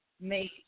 make